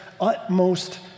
utmost